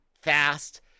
fast